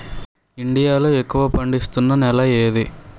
India లో ఎక్కువ పండిస్తున్నా నేల ఏది?